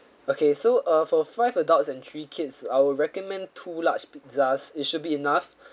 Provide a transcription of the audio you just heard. okay so uh for five adults and three kids I would recommend two large pizzas it should be enough